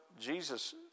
Jesus